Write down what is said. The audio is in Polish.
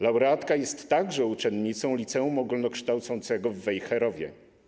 Laureatka jest także uczennicą Liceum Ogólnokształcącego w Wejherowie.